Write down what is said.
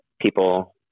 people